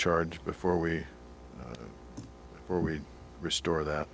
charge before we or we restore that